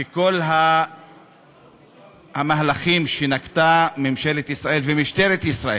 שכל המהלכים שנקטו ממשלת ישראל ומשטרת ישראל,